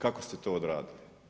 Kako ste to odradili?